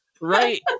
right